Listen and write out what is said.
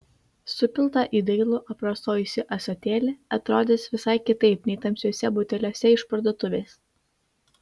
supilta į dailų aprasojusį ąsotėlį atrodys visai kitaip nei tamsiuose buteliuose iš parduotuvės